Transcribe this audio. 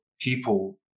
people